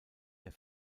der